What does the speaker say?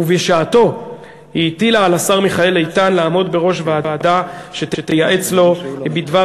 ובשעתו הטילה על השר מיכאל איתן לעמוד בראש ועדה שתייעץ לה בדבר